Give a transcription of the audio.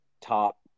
top